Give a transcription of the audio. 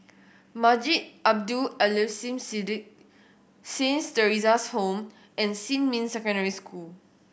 Masjid Abdul Aleem Siddique Saint Theresa's Home and Xinmin Secondary School